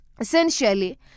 Essentially